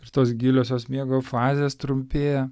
ir tos giliosios miego fazės trumpėja